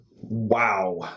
Wow